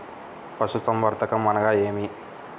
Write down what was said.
పశుసంవర్ధకం అనగా ఏమి?